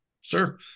Sure